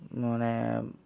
মানে